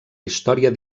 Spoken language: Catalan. història